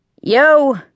Yo